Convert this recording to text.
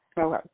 Okay